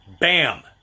Bam